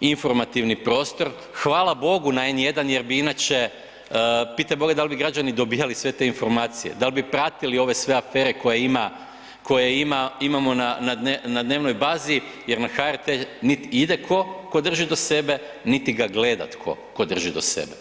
informativni prostor, hvala Bogu na N1 jer bi inače, pitaj Boga da li bi građani dobivali sve te informacije, dal bi pratili ove sve afere koje imamo na dnevnoj bazi jer na HRT nit ide tko tko drži do sebe niti ga gleda tko ko drži do sebe.